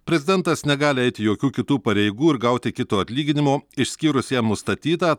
prezidentas negali eiti jokių kitų pareigų ir gauti kito atlyginimo išskyrus jam nustatytą